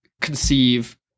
conceive